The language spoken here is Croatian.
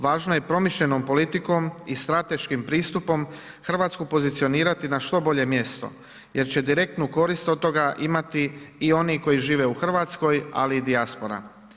Važno je promišljenom politikom i strateškim pristupom Hrvatsku pozicionirati na što bolje mjesto jer će direktnu korist od toga imati i oni koji žive u Hrvatskoj, ali i dijaspora.